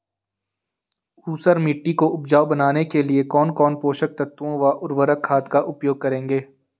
ऊसर मिट्टी को उपजाऊ बनाने के लिए कौन कौन पोषक तत्वों व उर्वरक खाद का उपयोग करेंगे?